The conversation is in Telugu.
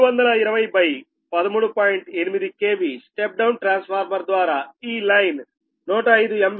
8 KV స్టెప్ డౌన్ ట్రాన్స్ఫార్మర్ ద్వారా ఈ లైన్ 105 MVA 0